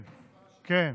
כן,